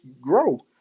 grow